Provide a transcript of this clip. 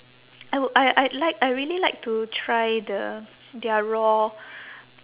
I would I I like I really like to try the their raw